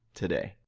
today.